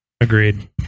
Agreed